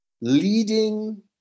leading